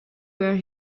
where